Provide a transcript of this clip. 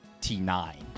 t9